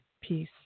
peace